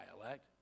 dialect